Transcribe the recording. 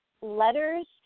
Letters